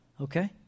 Okay